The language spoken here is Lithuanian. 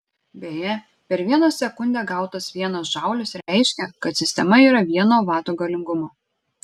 beje per vieną sekundę gautas vienas džaulis reiškia kad sistema yra vieno vato galingumo